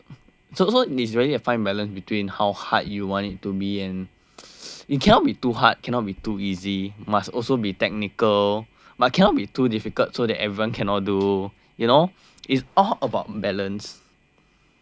so so it's really a fine balance between how hard you want it to be and it cannot be too hard cannot be too easy must also be technical but cannot be too difficult so that everyone cannot do you know is all about balance